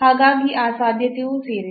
ಹಾಗಾಗಿ ಆ ಸಾಧ್ಯತೆಯೂ ಸೇರಿದೆ